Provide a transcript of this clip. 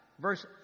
Verse